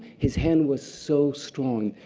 his hand was so strong.